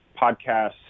podcasts